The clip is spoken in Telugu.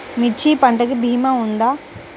మిర్చి పంటకి భీమా ఉందా?